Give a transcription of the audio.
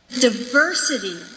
Diversity